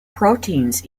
proteins